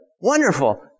wonderful